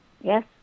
Yes